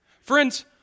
Friends